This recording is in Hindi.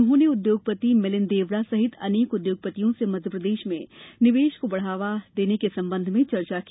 उन्होंने उद्योगपति मिलिंद देवड़ा सहित अनेक उद्योगपतियों से मध्यप्रदेश में निवेश को बढ़ाने के संबंध में चर्चा की